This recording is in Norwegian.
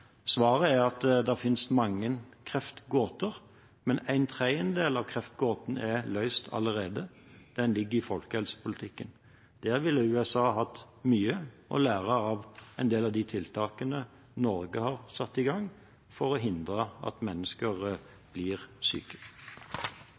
er løst allerede, den ligger i folkehelsepolitikken. Der ville USA hatt mye å lære av en del av de tiltakene Norge har satt i gang for å hindre at mennesker